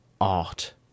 art